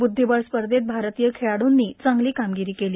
बुद्धिबळ स्पर्धेत भारतीय खेळाडूंनी चांगली कामगिरी केली